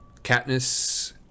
Katniss